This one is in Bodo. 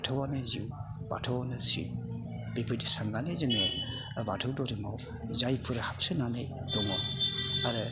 बाथौआनो जिउ बाथौआनो सिब बेबायदि साननानै जोङो बाथौ धोरोमआव जायफोर हाबसोनानै दङ आरो